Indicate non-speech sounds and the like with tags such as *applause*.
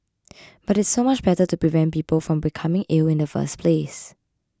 *noise* but it's so much better to prevent people from becoming ill in the first place